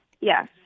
Yes